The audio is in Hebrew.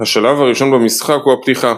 השלב הראשון במשחק הוא הפתיחה.